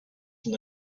from